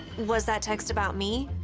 was that text about me?